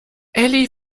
elli